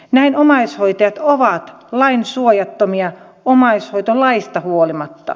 näin omaishoitajat ovat lainsuojattomia omaishoitolaista huolimatta